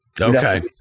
Okay